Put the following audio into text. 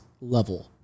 level